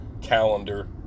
calendar